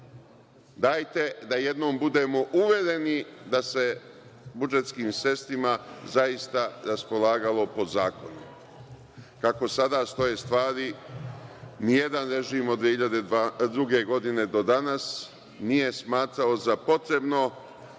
Dajte da jednom budemo uvereni da se budžetskim sredstvima zaista raspolagalo po zakonu. Kako sada stoje stvari, ni jedan režim od 2002. godine do danas nije smatrao za potrebno